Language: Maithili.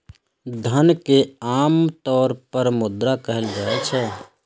धन कें आम तौर पर मुद्रा कहल जाइ छै